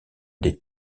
des